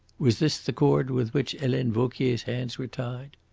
was this the cord with which helene vauquier's hands were tied?